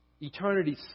eternity